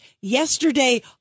yesterday